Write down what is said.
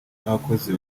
n’abakozi